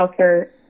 healthcare